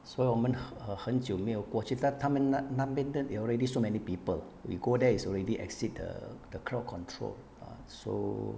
所以我们很很久没有过去但他们那那边的 already so many people we go there is already exceed the the crowd control orh so